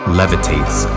levitates